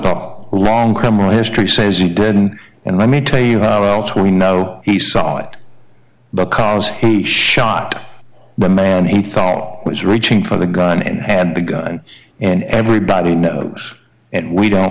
a long criminal history says he didn't and let me tell you how else we know he saw it because he shot the man he thought was reaching for the gun and had the gun and everybody knows and we don't